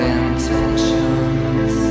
intentions